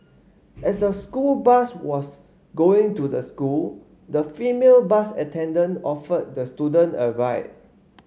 as the school bus was going to the school the female bus attendant offered the student a ride